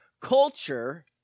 culture